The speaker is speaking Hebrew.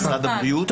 משרד הבריאות?